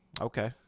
okay